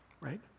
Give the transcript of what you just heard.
right